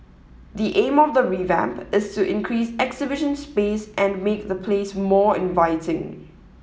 the aim of the revamp is to increase exhibition space and make the place more inviting